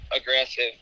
aggressive